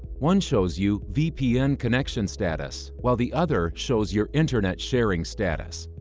one shows you vpn connection status, while the other shows your internet sharing status.